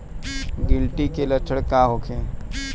गिलटी के लक्षण का होखे?